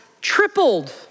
tripled